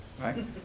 right